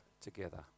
together